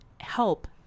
Help